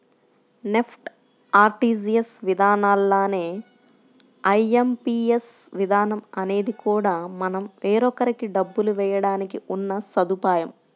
NEFT, RTGS విధానాల్లానే IMPS విధానం అనేది కూడా మనం వేరొకరికి డబ్బులు వేయడానికి ఉన్న సదుపాయం